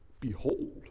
behold